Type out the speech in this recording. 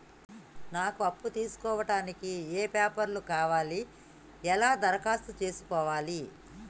నాకు అప్పు తీసుకోవడానికి ఏ పేపర్లు కావాలి ఎలా దరఖాస్తు చేసుకోవాలి?